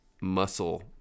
muscle